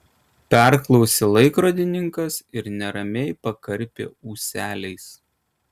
perklausė laikrodininkas ir neramiai pakarpė ūseliais